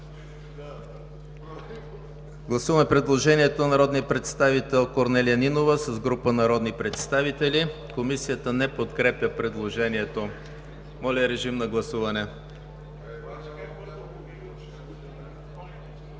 Гласуваме предложението на народния представител Дора Янкова и група народни представители. Комисията не подкрепя предложението. Моля, гласувайте.